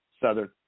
Southern